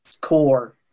core